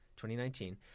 2019